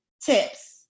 tips